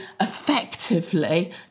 effectively